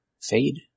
Fade